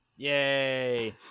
Yay